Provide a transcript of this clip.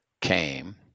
came